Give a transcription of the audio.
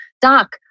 doc